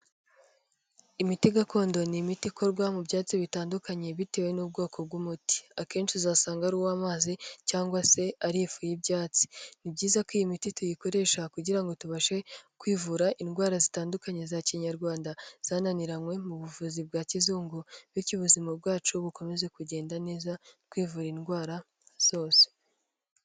Imiti gakondo ni imiti ikorwa mu byatsi bitandukanye bitewe n'ubwoko bw'umuti, akenshi uzasanga ari uw'amazi cyangwa se ari ifu y'ibyatsi, ni byiza ko iyi miti tuyikoresha kugira ngo tubashe kwivura indwara zitandukanye za kinyarwanda, zananiranye mu buvuzi bwa kizungu bityo ubuzima bwacu bukomeze kugenda neza twivura indwara zose.